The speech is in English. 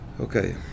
Okay